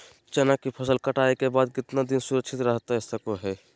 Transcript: चना की फसल कटाई के बाद कितना दिन सुरक्षित रहतई सको हय?